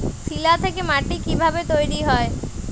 শিলা থেকে মাটি কিভাবে তৈরী হয়?